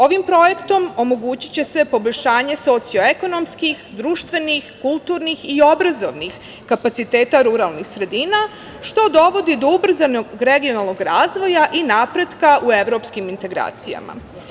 Ovim projektom omogućiće se poboljšanje socioekonomskih, društvenih, kulturnih i obrazovnih kapaciteta ruralnih sredina, što dovodi do ubrzanog regionalnog razvoja i napretka u evropskim integracijama.